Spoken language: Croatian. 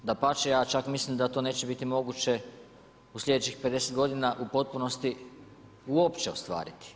Dapače, ja čak mislim da to neće biti moguće u slijedećih 50 godina u potpunosti uopće ostvariti.